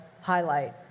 highlight